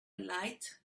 light